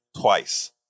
twice